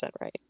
right